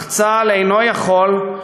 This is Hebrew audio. אך צה"ל אינו יכול,